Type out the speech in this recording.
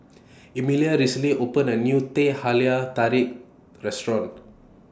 Emelia recently opened A New Teh Halia Tarik Restaurant